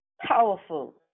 powerful